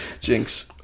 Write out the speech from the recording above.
Jinx